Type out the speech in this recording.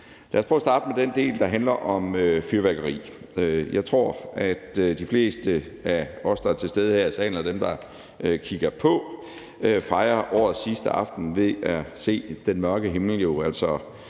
jeg vil starte med den del, der handler om fyrværkeri. Jeg tror, at de fleste af os, der er til stede her i salen, og dem, der kigger på, fejrer årets sidste aften ved at se den mørke himmel